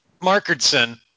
Markardson